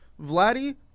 Vladdy